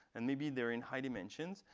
and maybe they're in high dimensions.